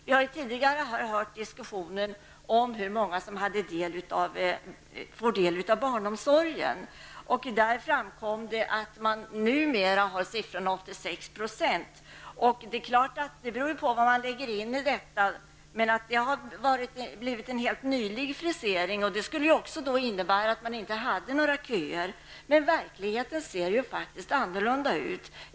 Vi har tidigare här hört hur många som får del av barnomsorgen. Då framkom det att det nu är 86 %. Detta beror naturligtvis på vad man lägger in i detta. Denna frigering måste ha gjorts nyligen, vilket skulle innebära att det inte finns några köer. Men verkligheten ser faktiskt annorlunda ut.